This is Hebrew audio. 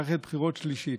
מערכת בחירות שלישית.